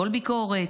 כל ביקורת?